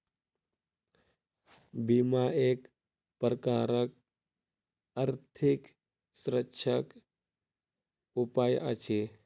बीमा एक प्रकारक आर्थिक सुरक्षाक उपाय अछि